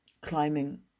climbing